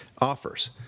offers